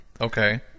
Okay